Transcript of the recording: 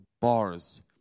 bars